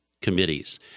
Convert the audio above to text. committees